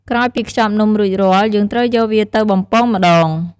ក្រោយពីខ្ចប់នំរួចរាល់ យើងត្រូវយកវាទៅបំពងម្ដង។